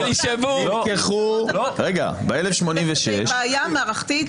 זו בעיה מערכתית.